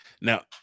Now